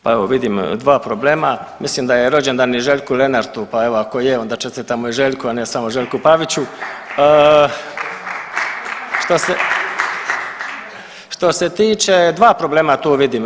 Pa evo vidim dva problema, mislim da je rođendan i Željku Lenartu, pa evo ako je onda čestitamo i Željku, a ne samo Željku Paviću. Što se tiče, dva problema tu vidim.